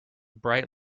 bright